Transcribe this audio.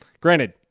granted